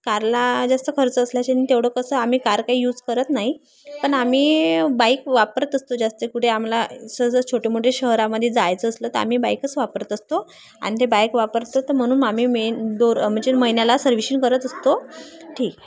कारला जास्त खर्च असल्याच्याने तेवढं कसं आम्ही कार काही यूज करत नाही पण आम्ही बाईक वापरत असतो जास्त कुठे आम्हाला सहज छोटे मोठे शहरामध्ये जायचं असलं तर आम्ही बाईकच वापरत असतो आणि ते बाईक वापरतो तर म्हणून आम्ही मेन दर म्हणजे महिन्याला सर्विशिंग करत असतो ठीक आहे